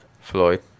Floyd